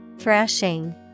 Thrashing